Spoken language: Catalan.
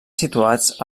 situats